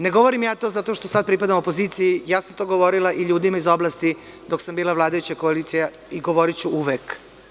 Ne govorim to zato što sad pripadam opoziciji, to sam govorila i ljudima iz oblasti dok sam bila vladajuća koalicija i govoriću uvek.